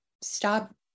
stop